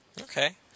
Okay